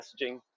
messaging